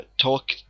talk